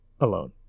alone